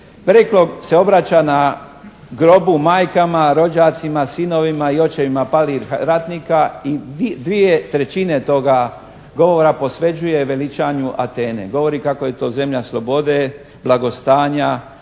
Periklo se obraća na grobu majkama, rođacima, sinovima i očevima palih ratnika i 2/3 toga govora posvećuje veličanju Atene. Govori kako je to zemlja slobode, blagostanja,